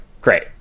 Great